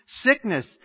sickness